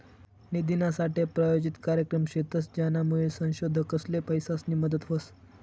निधीनासाठे प्रायोजित कार्यक्रम शेतस, ज्यानामुये संशोधकसले पैसासनी मदत व्हस